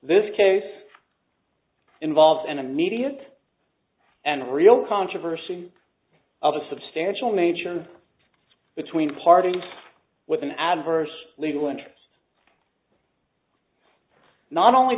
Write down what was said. this case involved an immediate and real controversy of a substantial nature of between parting with an adverse legal interest not only